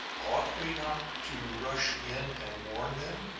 ought we not to rush in and warn them?